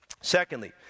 Secondly